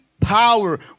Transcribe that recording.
power